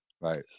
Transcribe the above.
Right